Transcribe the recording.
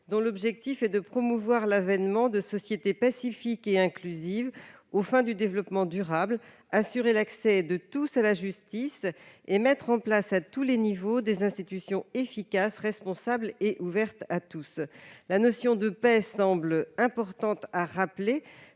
dont l'objectif est de « promouvoir l'avènement de sociétés pacifiques et inclusives aux fins du développement durable, assurer l'accès de tous à la justice et mettre en place, à tous les niveaux, des institutions efficaces, responsables et ouvertes à tous ». Il paraît important de faire